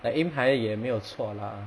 like aim higher 也没有错啦